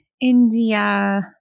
India